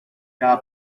cada